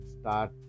start